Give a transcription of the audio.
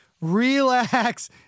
relax